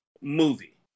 movie